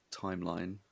timeline